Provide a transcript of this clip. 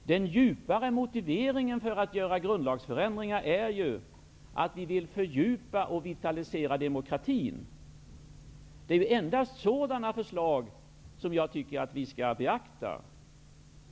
Den djupare motiveringen för att göra grundlagsförändringar är ju att vi vill fördjupa och vitalisera demokratin. Det är endast sådana förslag som jag tycker att vi skall beakta.